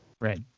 Right